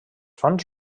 fonts